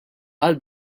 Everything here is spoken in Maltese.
għal